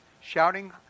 shouting